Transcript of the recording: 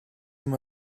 him